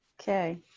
Okay